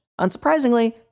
Unsurprisingly